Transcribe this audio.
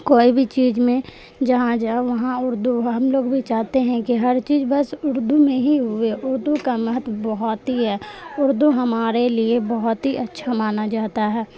کوئی بھی چیز میں جہاں جا وہاں اردو ہم لوگ بھی چاہتے ہیں کہ ہر چیز بس اردو میں ہی ہوئے اردو کا مہتو بہت ہی ہے اردو ہمارے لیے بہت ہی اچھا مانا جاتا ہے